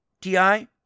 Ti